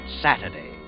Saturday